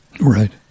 Right